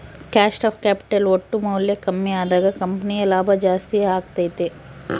cost of capital ಒಟ್ಟು ಮೌಲ್ಯ ಕಮ್ಮಿ ಅದಾಗ ಕಂಪನಿಯ ಲಾಭ ಜಾಸ್ತಿ ಅಗತ್ಯೆತೆ